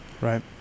right